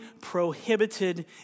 prohibited